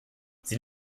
sie